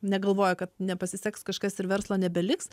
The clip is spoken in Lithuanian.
negalvoja kad nepasiseks kažkas ir verslo nebeliks